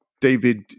david